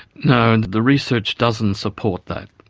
no, and the research doesn't support that.